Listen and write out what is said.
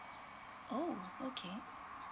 oh okay